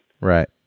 Right